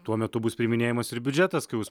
tuo metu bus priiminėjamas ir biudžetas kai jūs